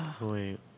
Wait